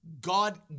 God